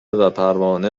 وپروانه